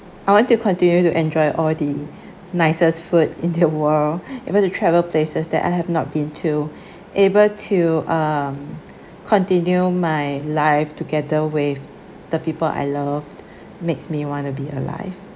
I want to continue to enjoy all the nicest food in the world able to travel places that I have not been to able to um continue my life together with the people I loved makes me want to be alive